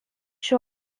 šio